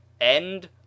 end